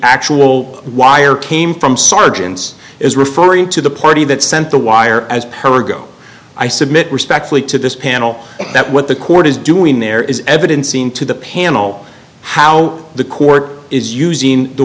actual wire came from sergeants is referring to the party that sent the wire as per go i submit respectfully to this panel that what the court is doing there is evidence seem to the panel how the court is using the